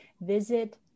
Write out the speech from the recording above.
visit